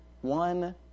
one